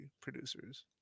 producers